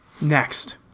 Next